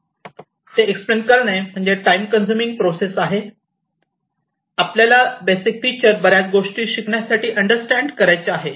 ते एक्सप्लेन करणे म्हणजे टाईम कन्सुमिंग प्रोसेस आहे आपल्याला बेसिक फीचर बऱ्याच गोष्टी शिकण्यासाठी अंडरस्टँड करायचे आहे